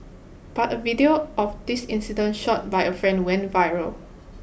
but a video of this incident shot by a friend went viral